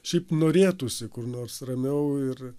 šiaip norėtųsi kur nors ramiau ir